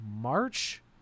March